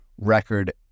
record